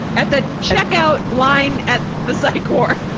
at the checkout line at the psych ward?